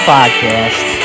Podcast